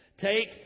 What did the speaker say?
Take